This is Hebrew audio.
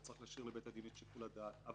אלא צריך להשאיר לבית הדין את שיקול הדעת.